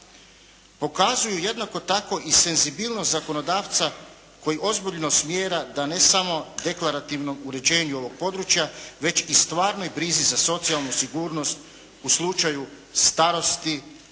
Pokazuju jednako tako i senzibilnost zakonodavca koji ozbiljno smjera da ne samo deklarativnom uređenju ovog područja već i stvarnoj brizi za socijalnu sigurnost u slučaju starosti